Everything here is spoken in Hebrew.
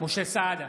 משה סעדה,